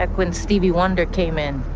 ah gwen stevie wonder came in